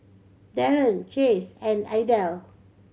Daren Chase and Idell